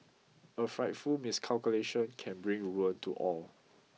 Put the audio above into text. a frightful miscalculation can bring ruin to all